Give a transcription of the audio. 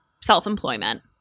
self-employment